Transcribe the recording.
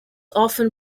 often